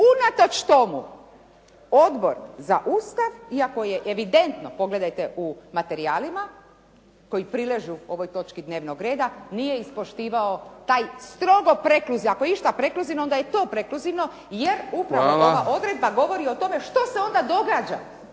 Unatoč tomu Odbor za Ustav, iako je evidentno pogledajte u materijalima koji priležu ovoj točci dnevnog reda, nije ispoštivao taj strogoprekluzivni, ako je išta prekluzivno, onda je to prekluzivno jer ova odredba govori o tome što se onda događa,